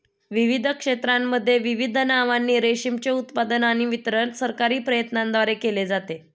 विविध क्षेत्रांमध्ये विविध नावांनी रेशीमचे उत्पादन आणि वितरण सरकारी प्रयत्नांद्वारे केले जाते